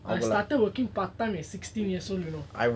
I started working part time at sixteen years old you know